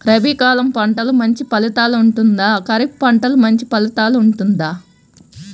రబీ కాలం పంటలు మంచి ఫలితాలు ఉంటుందా? ఖరీఫ్ పంటలు మంచి ఫలితాలు ఉంటుందా?